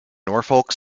norfolk